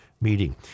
meeting